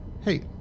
hey